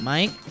Mike